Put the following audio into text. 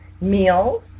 meals